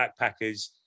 backpackers